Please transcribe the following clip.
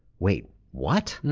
wait, what?